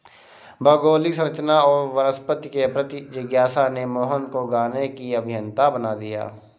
भौगोलिक संरचना और वनस्पति के प्रति जिज्ञासा ने मोहन को गाने की अभियंता बना दिया